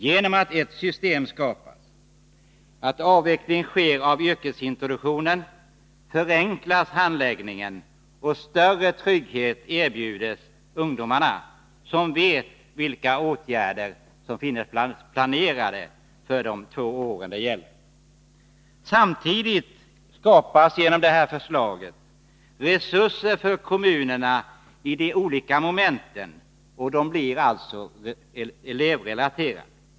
Genom att ert system skapas och att avveckling av yrkesintroduktionen sker förenklas handläggningen och större trygghet erbjuds ungdomarna, som vet att åtgärder är planerade de två år det gäller. Samtidigt skapas genom förslaget resurser för kommunerna för de olika momenten, och de blir alltså elevrelaterade.